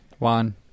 One